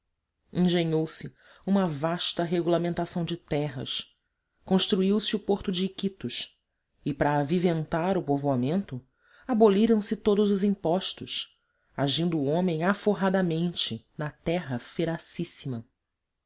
engenhou se uma vasta regulamentação de terras construiu se o porto de iquitos e para aviventar se o povoamento aboliram se todos os impostos agindo o homem aforradamente na